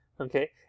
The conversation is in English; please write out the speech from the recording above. okay